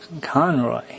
Conroy